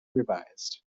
revised